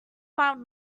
mild